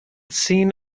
seen